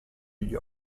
gli